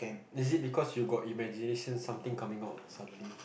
is it because you got imagination something coming up suddenly